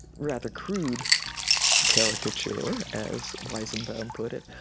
rather crude caricature as weizenbaum put it,